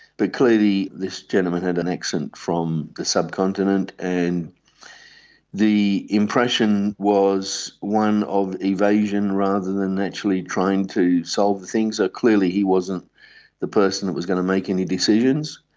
but clearly this gentleman had an accent from the subcontinent. and the impression was one of evasion rather than actually trying to solve things. ah clearly he wasn't the person that was going to make any decisions,